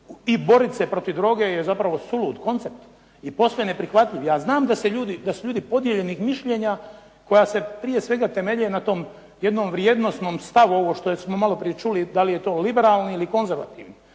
i boriti se protiv droge je zapravo sulud koncept i posve neprihvatljiv. Ja znam da su ljudi podijeljenih mišljenja koja se prije svega temelje na tom jednom vrijednosnom stavu, ovo što smo maloprije čuli da li je to liberalni ili konzervativni,